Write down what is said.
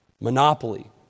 Monopoly